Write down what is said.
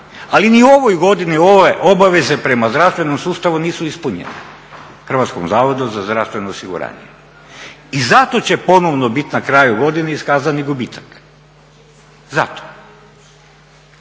Ali ni u ovoj godini ove obaveze prema zdravstvenom sustavu nisu ispunjene, Hrvatskom zavodu za zdravstveno osiguranje i zato će ponovno bit na kraju godine iskazani gubitak. Zato.